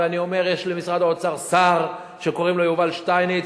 ואני אומר שיש למשרד האוצר שר שקוראים לו יובל שטייניץ: